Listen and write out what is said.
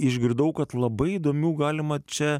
išgirdau kad labai įdomių galima čia